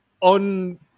on